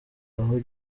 aho